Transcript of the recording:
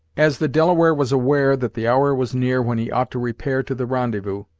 as the delaware was aware that the hour was near when he ought to repair to the rendezvous,